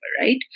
right